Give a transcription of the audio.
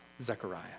Zechariah